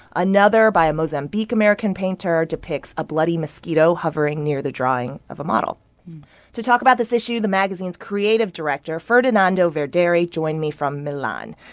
another by a mozambique american painter depicts a bloody mosquito hovering near the drawing of a model to talk about this issue, the magazine's creative director, ferdinando verderi, joined me from milan.